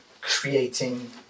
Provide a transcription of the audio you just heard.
creating